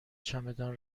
چمدان